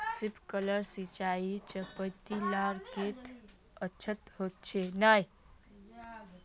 Sprinkler सिंचाई चयपत्ति लार केते अच्छा होचए?